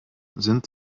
sind